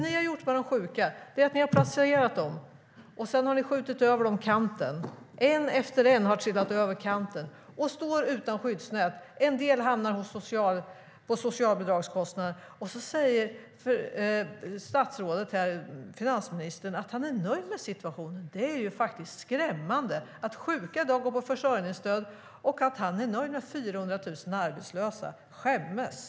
Ni har gjort så att de sjuka skjuts över kanten, en efter en trillar över kanten, och de står utan skyddsnät. En del belastar socialbidragskostnaderna. Sedan säger finansministern att han är nöjd med situationen. Det är skrämmande att sjuka går på försörjningsstöd och att finansministern är nöjd med 400 000 arbetslösa. Skäms!